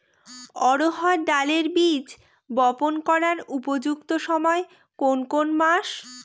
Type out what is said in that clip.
অড়হড় ডালের বীজ বপন করার উপযুক্ত সময় কোন কোন মাস?